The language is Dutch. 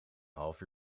half